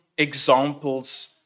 Examples